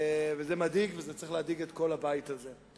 זה מדאיג, וזה צריך להדאיג את כל הבית הזה.